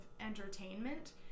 entertainment